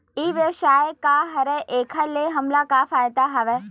ई व्यवसाय का हरय एखर से हमला का फ़ायदा हवय?